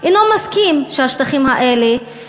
אינו מסכים שהשטחים האלה,